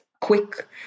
quick